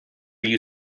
you